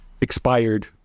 expired